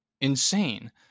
insane